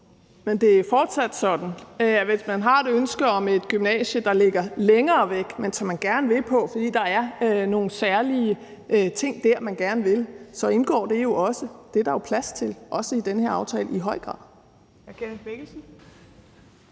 Men det er fortsat sådan, at hvis man har et ønske om et gymnasie, der ligger længere væk, men som man gerne vil på, fordi der er nogle særlige ting der, man gerne vil, så indgår det jo også; det er der jo plads til, også i den her aftale, i høj grad.